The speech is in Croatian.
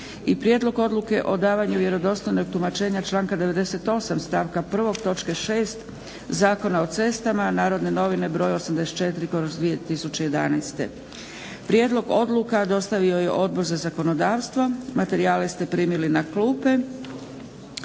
Prijedlog odluke o davanju vjerodostojnog tumačenja članke 98. stavka 1. točke 6. Zakona o cestama /"Narodne novine" broj 81/2011./ Prijedlog odluka dostavio je Odbor za zakonodavstvo. Materijale ste primili na klupe.